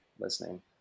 listening